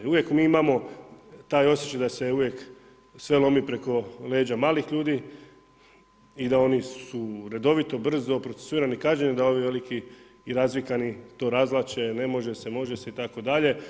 Uvijek mi imamo taj osjećaj da se uvijek sve lomi preko leđa malih ljudi i da oni su redovito brzo procesuirani i kažnjeni, a da ovi veliki i razvikani to razvlače ne može se može se itd.